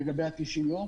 לגבי ה-90 יום.